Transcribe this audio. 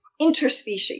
interspecies